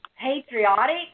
patriotic